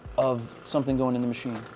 of something going in the machine.